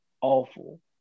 Awful